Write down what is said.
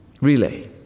relay